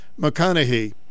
McConaughey